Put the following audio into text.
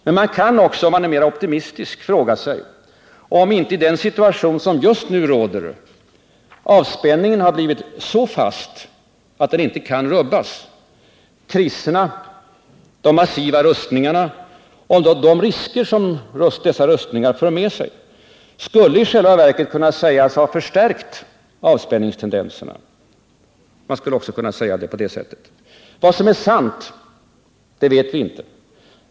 Men man kan också om man är mera optimistisk fråga sig, om inte i den situation som just nu råder avspänningen blivit så fast att den inte kan rubbas. Kriserna, de massiva rustningarna och de risker dessa för med sig, skulle i själva verket kunna sägas ha förstärkt avspänningstendenserna. Vad som är sant vet vi inte.